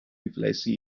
riflessi